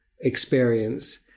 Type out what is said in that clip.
experience